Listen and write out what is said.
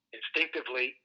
instinctively